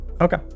Okay